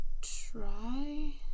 try